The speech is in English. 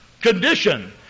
condition